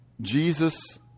Jesus